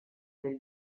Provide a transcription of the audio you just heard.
del